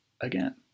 again